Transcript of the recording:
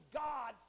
god